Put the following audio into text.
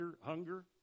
hunger